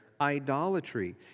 idolatry